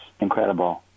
incredible